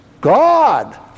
God